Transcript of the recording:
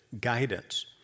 guidance